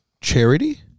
charity